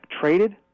traded